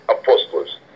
apostles